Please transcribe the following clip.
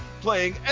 Playing